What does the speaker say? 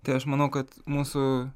tai aš manau kad mūsų